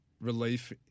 relief